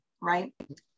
right